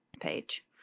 page